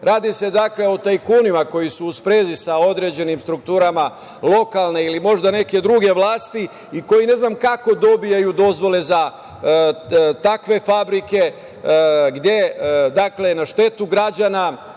Radi se dakle o tajkunima koji su u sprezi sa određenim strukturama lokalne ili možda neke druge vlasti i koji ne znam kako dobijaju dozvole za takve fabrike gde na štetu građana